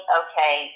okay